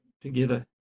together